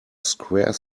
square